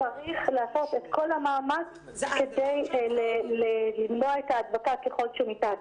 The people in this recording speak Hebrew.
צריך לעשות את כל המאמץ כדי למנוע את ההדבקה ככל שניתן,